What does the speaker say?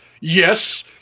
yes